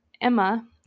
Emma